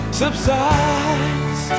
subsides